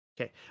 Okay